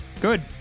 Good